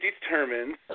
determines